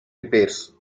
repairs